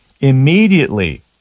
Immediately